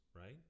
right